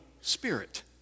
Spirit